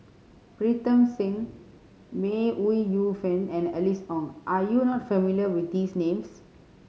Pritam Singh May Ooi Yu Fen and Alice Ong are you not familiar with these names